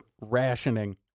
rationing